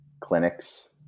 clinics